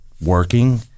working